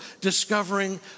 discovering